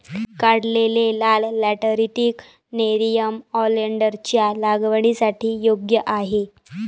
काढलेले लाल lateritic nerium ओलेन्डरच्या लागवडीसाठी योग्य आहे